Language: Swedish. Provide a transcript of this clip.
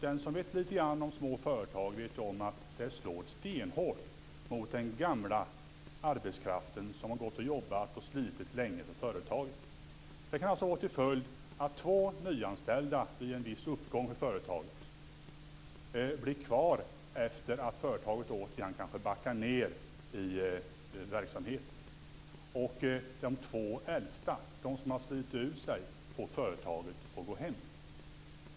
Den som vet lite grann om små företag vet att det slår stenhårt mot den gamla arbetskraften som har jobbat och slitit länge för företaget. Det kan få till följd att två personer som nyanställs vid en uppgång för företaget blir kvar efter det att företaget återigen backar ned i verksamhet och de två äldsta, de som har slitit ut sig på företaget, får gå hem.